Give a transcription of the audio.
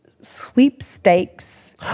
Sweepstakes